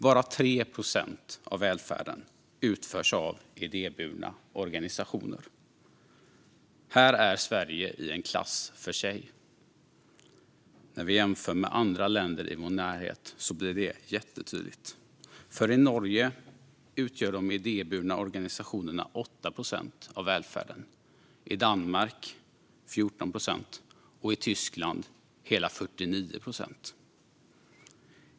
Bara 3 procent av välfärden utförs av idéburna organisationer. Här är Sverige i en klass för sig. När vi jämför med andra länder i vår närhet blir det jättetydligt. I Norge utgör de idéburna organisationerna 8 procent av välfärden, i Danmark 14 procent och i Tyskland hela 49 procent.